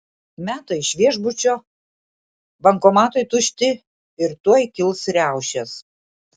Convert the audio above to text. meta iš viešbučio bankomatai tušti ir tuoj kils riaušės